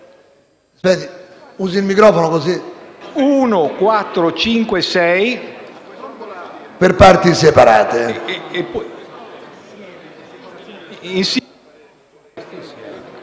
per parti separate.